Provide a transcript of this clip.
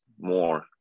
more